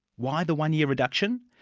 why the one-year reduction?